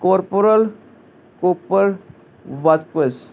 corporal copper ਵਾਸਪੋਇਸ